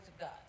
God